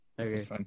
Okay